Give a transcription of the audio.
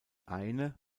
eine